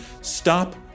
Stop